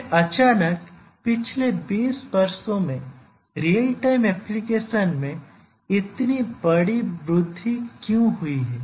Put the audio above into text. फिर अचानक पिछले 20 वर्षों में रियल टाइम एप्लीकेशन में इतनी बड़ी वृद्धि क्यों हुई है